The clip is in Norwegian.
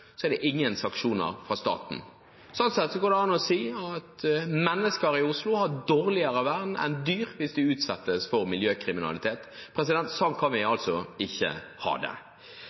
er det ingen sanksjoner fra staten. Sånn sett går det an å si at mennesker i Oslo har dårligere vern enn dyr hvis de utsettes for miljøkriminalitet. Sånn kan vi ikke ha det.